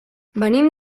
venim